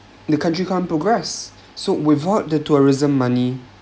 the country can’t progress so without the tourism money